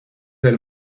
del